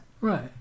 right